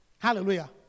Hallelujah